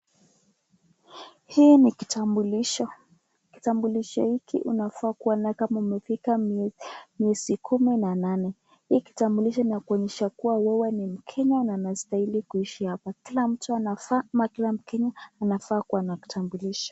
Hii ni kitabulisho, kitabulisho hiki ufa kuwa nayo ukiwa upepita miezi kumi na kumi na nani kitabulisho hiki linaonyesha Kwa wewe ni mkenya na unastahili kuwa hapakila mkenya anafaa kuwa na kitabulisho.